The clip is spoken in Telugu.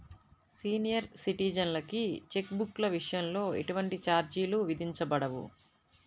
సీనియర్ సిటిజన్లకి చెక్ బుక్ల విషయంలో ఎటువంటి ఛార్జీలు విధించబడవు